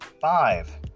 five